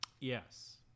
Yes